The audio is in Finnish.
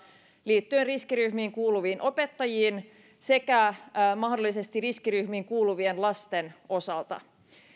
liittyen riskiryhmiin kuuluviin opettajiin sekä mahdollisesti riskiryhmiin kuuluvien lasten osalta